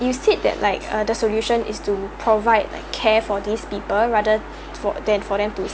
you said that like uh the solution is to provide like care for these people rather for the~ for them to